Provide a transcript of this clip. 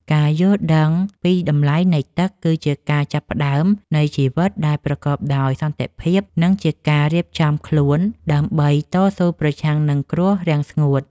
ការយល់ដឹងពីតម្លៃនៃទឹកគឺជាការចាប់ផ្តើមនៃជីវិតដែលប្រកបដោយសន្តិភាព និងជាការរៀបចំខ្លួនដើម្បីតស៊ូប្រឆាំងនឹងគ្រោះរាំងស្ងួត។